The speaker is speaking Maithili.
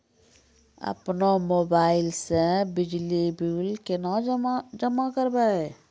अपनो मोबाइल से बिजली बिल केना जमा करभै?